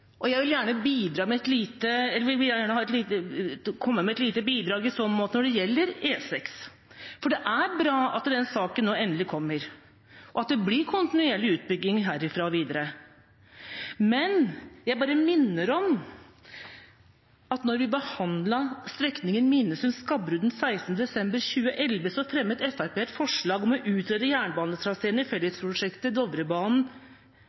og jeg vil gjerne komme med et lite bidrag i så måte når det gjelder E6. Det er bra at den saken nå endelig kommer, og at det blir kontinuerlig utbygging herfra, og videre, men jeg bare minner om at da vi behandlet strekningen Minnesund–Skaberud den 16. desember 2011, fremmet Fremskrittspartiet et forslag om å utrede jernbanetraseen i